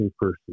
person